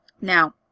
Now